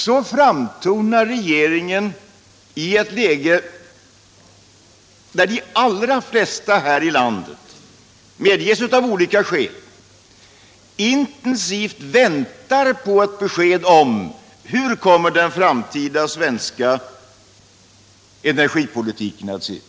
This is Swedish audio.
Så framtonar regeringen i ett läge där de allra flesta här i landet — av olika skäl, det medges — intensivt väntar på ett besked om hur den framtida svenska energipolitiken kommer att se ut.